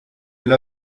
elle